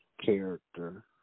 Character